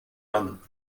ran